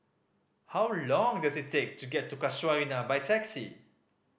how long does it take to get to Casuarina by taxi